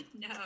No